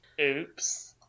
Oops